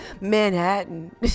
Manhattan